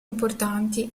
importanti